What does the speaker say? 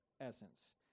essence